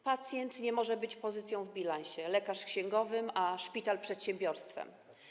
Pacjent nie może być pozycją w bilansie, lekarz - księgowym, a szpital - przedsiębiorstwem.